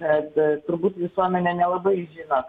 kad turbūt visuomenė nelabai žino